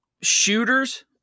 shooters